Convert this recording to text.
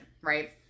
right